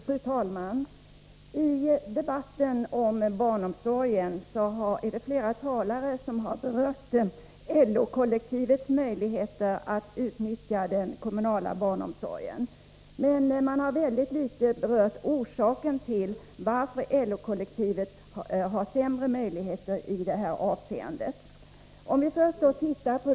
Fru talman! I debatten om barnomsorgen har flera talare berört LO kollektivets möjligheter att utnyttja den kommunala barnomsorgen, men man har mycket litet berört orsaken till att LO-kollektivet har sämre möjligheter i detta avseende.